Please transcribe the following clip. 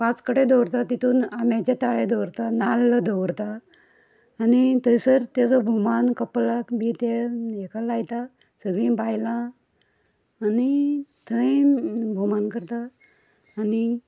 पांच कडेन दवरता तेतूंत आम्याचे ताळे दवरता नाल्ल दवरता आनी थंयसर ताजो भोवमान कपलाक बी ते हाका लायता सगळीं बायलां आनी थंय भोवमान करता आनी